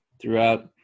throughout